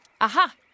Aha